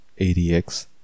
ADX